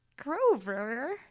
Grover